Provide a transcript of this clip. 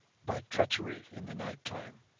by treachery in the night-time